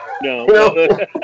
No